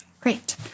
Great